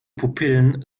pupillen